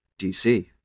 DC